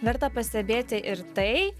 verta pastebėti ir tai